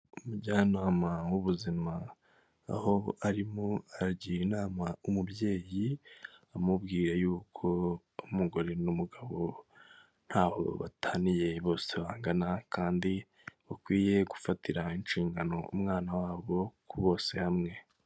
Umujyanama w'ubuzima, aho arimo aragira inama umubyeyi, amubwira yuko umugore n'umugabo ntaho bataniye bose bangana kandi bakwiye gufatira inshingano umwana wabo ku bose hamwe.